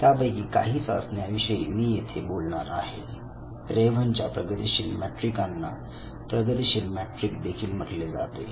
त्यापैकी काही चाचण्या विषयी मी येथे बोलणार आहे रेव्हनच्या प्रगतीशील मॅट्रिकांना प्रगतीशील मॅट्रिक देखील म्हटले जाते